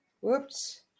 whoops